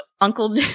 Uncle